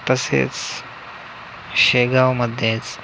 तसेच शेगावमध्येच